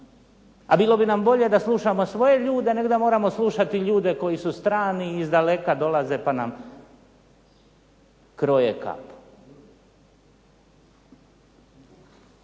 a bilo bi nam bolje da slušamo svoje ljude nego da moramo slušati ljude koji su strani i izdaleka dolaze pa nam kroje kap.